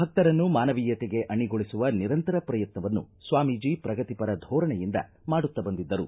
ಭಕ್ತರನ್ನು ಮಾನವೀಯತೆಗೆ ಅಣಿಗೊಳಿಸುವ ನಿರಂತರ ಪ್ರಯತ್ವವನ್ನು ಸ್ಥಾಮೀಜಿ ಪ್ರಗತಿಪರ ಧೋರಣೆಯಿಂದ ಮಾಡುತ್ತ ಬಂದಿದ್ದರು